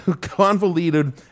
convoluted